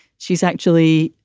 she's actually,